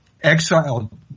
exiled